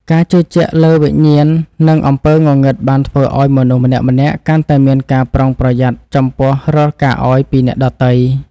ការជឿជាក់លើវិញ្ញាណនិងអំពើងងឹតបានធ្វើឱ្យមនុស្សម្នាក់ៗកាន់តែមានការប្រុងប្រយ័ត្នចំពោះរាល់ការអោយពីអ្នកដទៃ។